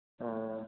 ꯑꯥ